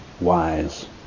wise